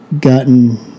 gotten